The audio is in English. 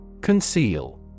Conceal